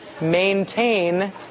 maintain